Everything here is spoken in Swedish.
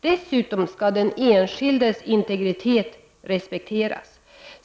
Dessutom skall den enskildes integritet respekteras.